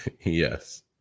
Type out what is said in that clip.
Yes